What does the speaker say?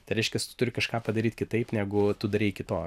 tai reiškias tu turi kažką padaryt kitaip negu tu darei iki to